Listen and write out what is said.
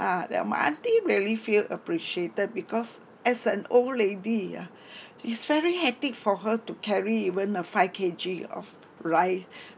uh then my auntie really feel appreciated because as an old lady ah it's very hectic for her to carry even a five K_G of rice